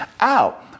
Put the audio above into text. out